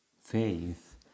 faith